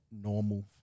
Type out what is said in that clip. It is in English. normal